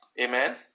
Amen